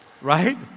Right